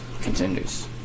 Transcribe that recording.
Contenders